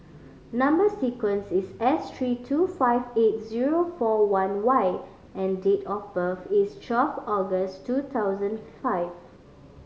number sequence is S three two five eight zero four one Y and date of birth is twelve August two thousand five